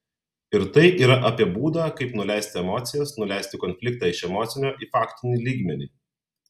ir tai yra apie būdą kaip nuleisti emocijas nuleisti konfliktą iš emocinio į faktinį lygmenį